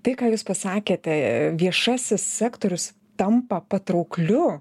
tai ką jūs pasakėte viešasis sektorius tampa patraukliu